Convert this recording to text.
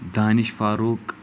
Danish Farooq